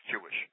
Jewish